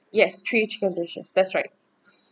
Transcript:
yes three chicken dishes that's right